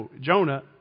Jonah